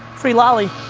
free lolli.